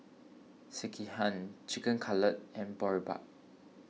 Sekihan Chicken Cutlet and Boribap